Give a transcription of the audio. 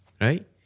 Right